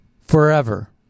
forever